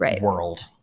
world